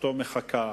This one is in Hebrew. ומשפחתו מחכה.